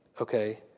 okay